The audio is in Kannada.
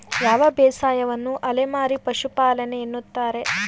ಯಾವ ಬೇಸಾಯವನ್ನು ಅಲೆಮಾರಿ ಪಶುಪಾಲನೆ ಎನ್ನುತ್ತಾರೆ?